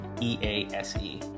E-A-S-E